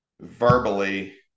verbally